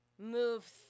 move